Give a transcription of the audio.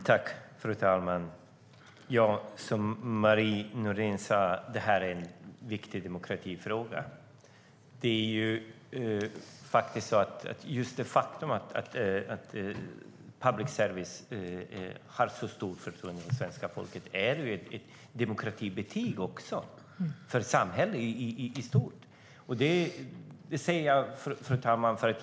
Fru talman! Som Marie Nordén sade är det en viktig demokratifråga. Det faktum att public service åtnjuter så stort förtroende hos svenska folket är ett demokratibetyg för samhället i stort. Fru talman!